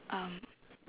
um